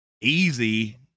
easy